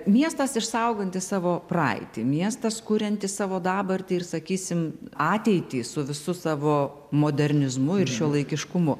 miestas išsaugantis savo praeitį miestas kuriantis savo dabartį ir sakysim ateitį su visu savo modernizmu ir šiuolaikiškumu